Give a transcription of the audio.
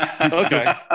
Okay